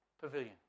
pavilion